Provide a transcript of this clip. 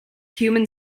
human